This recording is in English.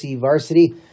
Varsity